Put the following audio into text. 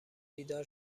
بیدار